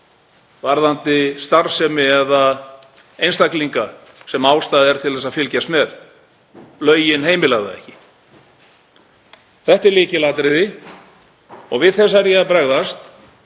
varðandi starfsemi eða einstaklinga sem ástæða er til að fylgjast með. Lögin heimila það ekki. Þetta er lykilatriði og við þessu er ég að bregðast,